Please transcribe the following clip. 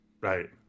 Right